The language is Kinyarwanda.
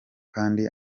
kandi